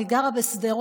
אני גרה בשדרות,